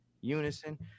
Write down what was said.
unison